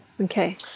Okay